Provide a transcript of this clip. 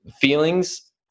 feelings